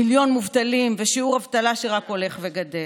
מיליון מובטלים ושיעור אבטלה שרק הולך וגדל.